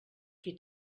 qui